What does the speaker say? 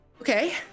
Okay